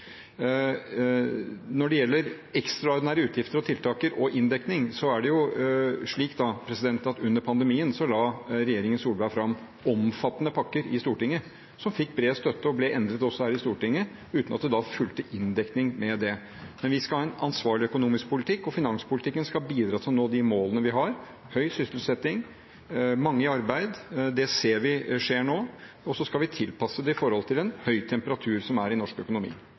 Når det gjelder ekstraordinære utgifter, tiltak og inndekning, så er det jo slik at under pandemien la regjeringen Solberg fram omfattende pakker i Stortinget som både fikk bred støtte og ble endret her i Stortinget, uten at det da fulgte inndekning med det. Men vi skal ha en ansvarlig økonomisk politikk, og finanspolitikken skal bidra til å nå de målene vi har – høy sysselsetting og mange i arbeid, og det ser vi skjer nå. Så skal vi tilpasse det i forhold til den høye temperaturen som er i norsk økonomi.